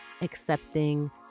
accepting